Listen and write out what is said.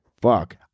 Fuck